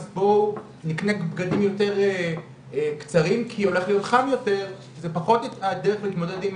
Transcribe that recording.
בסוף ההשפעות באות מגב ההר וזה משפיע עליהם